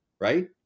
right